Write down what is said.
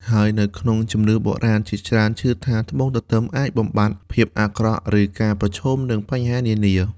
ហើយនៅក្នុងជំនឿបុរាណជាច្រើនជឿថា ត្បូងទទឹមអាចបំបាត់ភាពអាក្រក់ ឬការប្រឈមនឹងបញ្ហានានា។